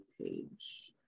page